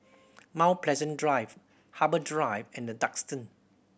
Mount Pleasant Drive Harbour Drive and The Duxton